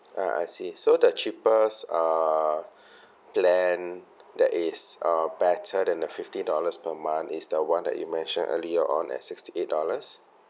ah I see so the cheapest uh plan that is uh better than the fifty dollars per month is the one that you mentioned earlier on at sixty eight dollars